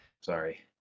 Sorry